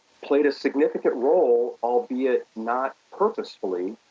played a significant role, albeit not purposefully,